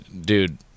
Dude